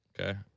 okay